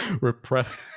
repress